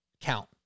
count